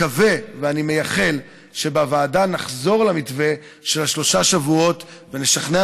אני מקווה ומייחל שבוועדה נחזור למתווה של שלושת השבועות ונשכנע